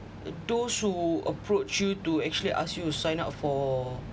those who approach you to actually ask you sign up for